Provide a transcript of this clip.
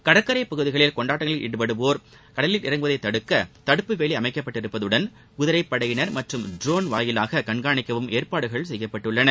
கடற்கரை பகுதிகளில் கொண்டாட்டங்களில்ஈடுபடுவோர் கடலில் இறங்குவதைத் தடுக்க தடுப்பு வேலி அமைக்கப்பட்டிருப்பதுடன் குதிரைப்படையினர் மற்றும் ட்ரோன் மூலம் கண்காணிக்கவும் ஏற்பாடுகள் செய்யப்பட்டுள்ளன